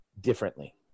differently